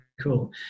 cool